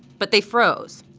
but they froze.